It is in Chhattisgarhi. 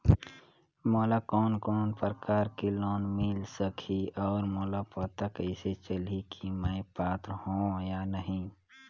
मोला कोन कोन प्रकार के लोन मिल सकही और मोला पता कइसे चलही की मैं पात्र हों या नहीं?